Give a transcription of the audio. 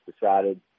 decided